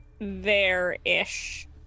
there-ish